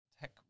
tech